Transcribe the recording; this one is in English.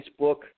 Facebook